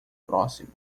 próximo